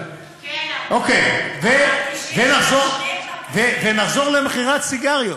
ונחזור למכירת סיגריות.